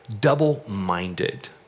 Double-minded